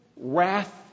Wrath